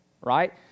right